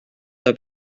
oedd